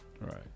Right